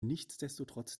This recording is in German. nichtsdestotrotz